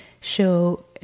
show